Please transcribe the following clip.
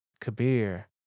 Kabir